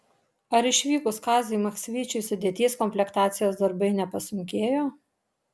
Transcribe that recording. ar išvykus kaziui maksvyčiui sudėties komplektacijos darbai nepasunkėjo